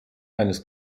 eines